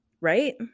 right